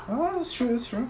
ah that's true that's true